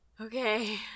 Okay